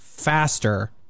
Faster